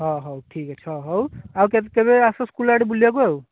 ହଁ ହଉ ଠିକ୍ ଅଛି ହଁ ହଉ ଆଉ କେବେ ଆସ ସ୍କୁଲ ଆଡ଼େ ବୁଲିବାକୁ ଆଉ